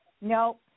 No